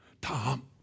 Tom